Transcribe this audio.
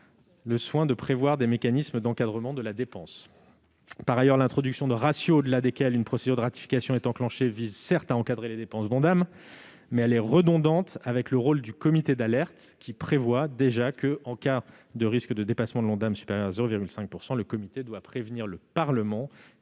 le soin de prévoir des mécanismes d'encadrement de la dépense. Par ailleurs, l'introduction de ratios au-delà desquels une procédure de ratification est enclenchée vise, certes, à encadrer les dépenses d'Ondam, mais elle est redondante avec le rôle du comité d'alerte. Il est déjà prévu que, en cas de risque de dépassement de l'objectif supérieur à 0,5 %, le comité doit prévenir le Parlement